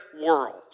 world